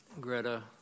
Greta